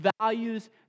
values